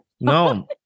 no